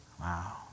Wow